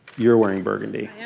you're wearing burgundy.